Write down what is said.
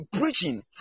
preaching